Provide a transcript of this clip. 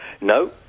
No